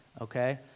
okay